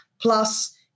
plus